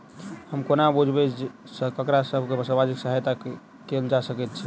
हम कोना बुझबै सँ ककरा सभ केँ सामाजिक सहायता कैल जा सकैत छै?